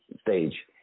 stage